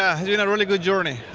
yeah been a really good journey.